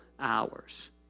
hours